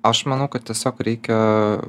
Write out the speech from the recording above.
aš manau kad tiesiog reikia